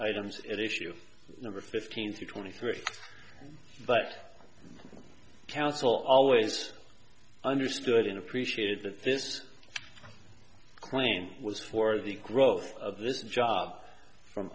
items at issue number fifteen to twenty three but counsel always understood and appreciated that this claim was for the growth of this job from